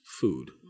food